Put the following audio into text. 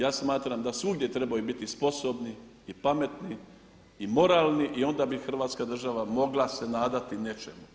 Ja smatram da svugdje trebaju biti sposobni i pametni i moralni i onda bi Hrvatska država mogla se nadati nečemu.